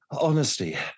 honesty